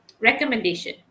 recommendation